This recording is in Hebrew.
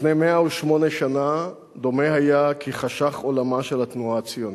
לפני 108 שנה דומה היה כי חשך עולמה של התנועה הציונית,